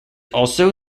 also